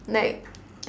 like